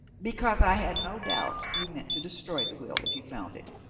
because i had no doubt you meant to destroy the will if you found it,